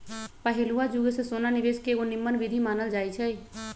पहिलुआ जुगे से सोना निवेश के एगो निम्मन विधीं मानल जाइ छइ